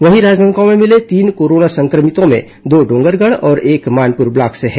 वहीं राजनांदगांव में भिले तीन कोरोना संक्रमितों में दो डोंगरगढ़ और एक मानपुर ब्लॉक से है